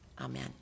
Amen